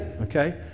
okay